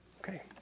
Okay